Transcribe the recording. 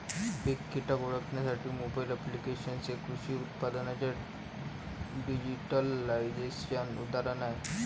पीक कीटक ओळखण्यासाठी mobile applications हे कृषी उत्पादनांच्या डिजिटलायझेशनचे उदाहरण आहे